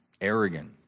arrogant